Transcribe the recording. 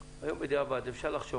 בדיעבד אפשר לחשוב